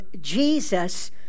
Jesus